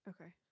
Okay